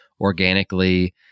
organically